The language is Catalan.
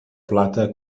plata